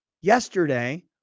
yesterday